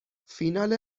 فینال